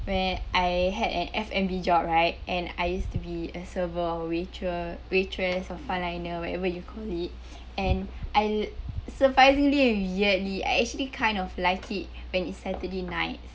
where I had an F and B job right and I used to be a server or waitre~ waitress or frontliner or whatever you call it and I l~ surprisingly weirdly I actually kind of like it when it's saturday night